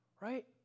right